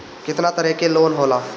केतना तरह के लोन होला?